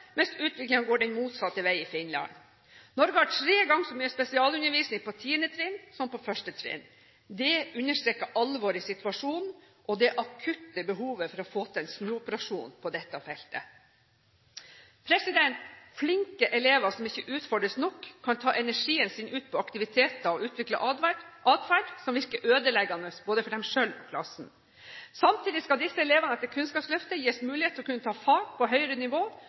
mens utviklingen går den motsatte vei i Finland. Norge har tre ganger så mye spesialundervisning på 10. trinn som på 1. trinn. Det understreker alvoret i situasjonen og det akutte behovet for å få til en snuoperasjon på dette feltet. Flinke elever som ikke utfordres nok, kan ta energien sin ut på aktiviteter og utvikle atferd som virker ødeleggende både for dem selv og for klassen. Samtidig skal disse elevene etter Kunnskapsløftet gis mulighet til å kunne ta fag på høyere nivå